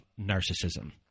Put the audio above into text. narcissism